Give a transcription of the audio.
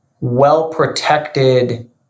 well-protected